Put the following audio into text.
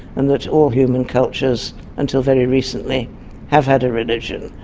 and that all human cultures until very recently have had a religion.